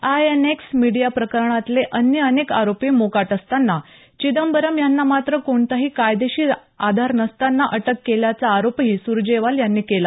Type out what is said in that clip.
INX media प्रकरणातले अन्य अनेक आरोपी मोकाट असताना चिदंबरम यांना मात्र कोणताही कायदेशीर आधार नसताना अटक केल्याचा आरोपही सुरजेवाला यांनी केला